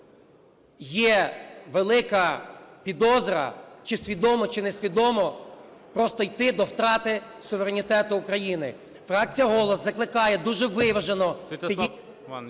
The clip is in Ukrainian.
є велика підозра чи свідомо, чи несвідомо просто йти до втрати суверенітету України. Фракція "Голос" закликає дуже виважено